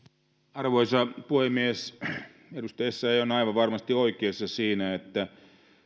arvoisa puhemies edustaja essayah on aivan varmasti oikeassa siinä että